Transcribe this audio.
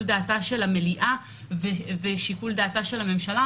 דעתה של המליאה ושיקול דעת הממשלה.